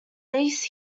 least